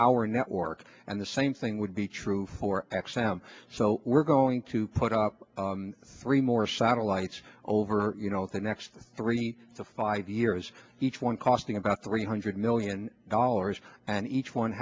our network and the same thing would be true for x m so we're going to put up three more satellites over the next three to five years each one costing about three hundred million dollars and each one